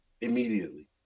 immediately